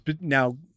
Now